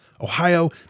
Ohio